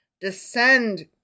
descend